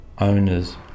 owners